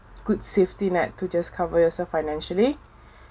good safety net to just cover yourself financially